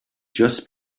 just